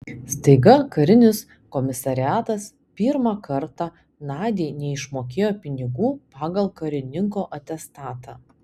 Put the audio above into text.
staiga karinis komisariatas pirmą kartą nadiai neišmokėjo pinigų pagal karininko atestatą